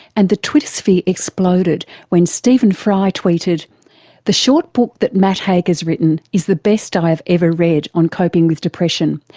and the twitter-sphere exploded when stephen fry tweeted the short book that matt haig has written is the best i ever read on coping with depression.